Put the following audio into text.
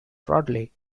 broadly